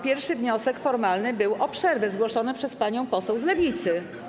Pierwszy wniosek formalny był o przerwę, zgłoszony przez panią poseł z Lewicy.